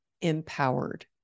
empowered